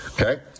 okay